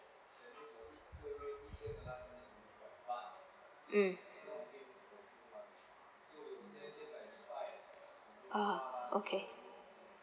mm ah okay